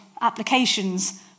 applications